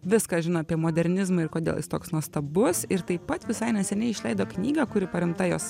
viską žino apie modernizmą ir kodėl jis toks nuostabus ir taip pat visai neseniai išleido knygą kuri paremta jos